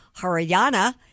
Haryana